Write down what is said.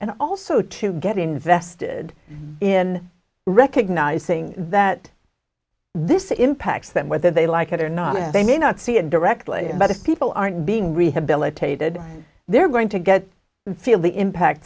and also to get invested in recognizing that this impacts them whether they like it or not they may not see it directly but if people aren't being rehabilitated they're going to get feel the impact